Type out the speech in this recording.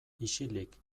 isilik